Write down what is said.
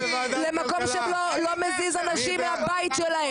למקום שלא מזיז אנשים מהבית שלהם.